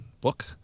book